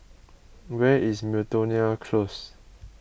where is Miltonia Close